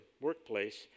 workplace